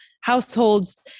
households